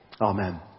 Amen